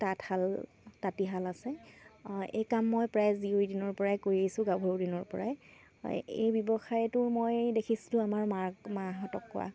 তাঁতশাল তাঁতীশাল আছে এই কাম মই প্ৰায় জীয়ৰী দিনৰপৰাই কৰি আছো গাভৰুৰ দিনৰপৰাই এই ব্যৱসায়টো মই দেখিছিলোঁ আমাৰ মাক মাহঁতক কৰা